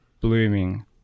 blooming